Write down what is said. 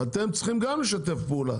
אתם צריכים גם לשתף פעולה.